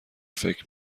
فکر